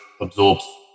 absorbs